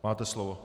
Máte slovo.